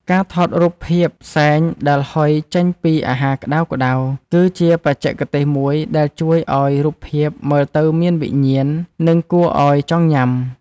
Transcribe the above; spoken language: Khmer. ការថតរូបភាពផ្សែងដែលហុយចេញពីអាហារក្ដៅៗ គឺជាបច្ចេកទេសមួយដែលជួយឱ្យរូបភាពមើលទៅមានវិញ្ញាណ និងគួរឱ្យចង់ញ៉ាំ។